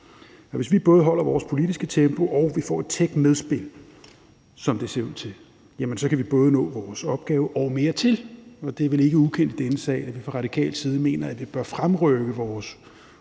Hvis vi både holder vores politiske tempo og vi får et tæt medspil, som det ser ud til, kan vi både nå vores opgave og mere til. Og det er vel ikke ukendt i denne sag, at vi fra radikal side mener, at vi bør fremrykke vores